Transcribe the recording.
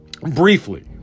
Briefly